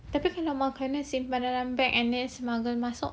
tapi kena makanan simpan dalam bag and then smuggle masuk